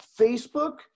Facebook